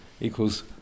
equals